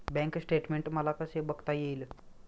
Bank statement मला कसे बघता येईल?